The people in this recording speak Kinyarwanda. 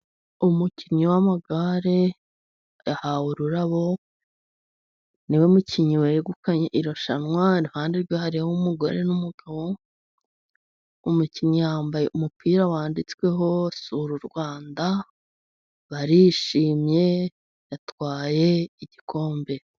Umukinnyi w' amagare yahawe ururabo, niwe mukinnyi wegukanye irushanwa, iruhande rwe harimo umugore n' umugabo; umukinnyi yambaye umupira wanditsweho sura u Rwanda, barishimye yatwaye igikombe.